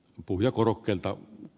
byrokratiaa